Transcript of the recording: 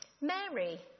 Mary